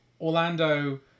Orlando